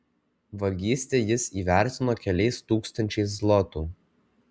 vagystę jis įvertino keliais tūkstančiais zlotų